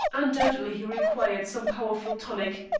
undoubtedly he required some powerful tonic.